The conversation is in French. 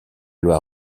loi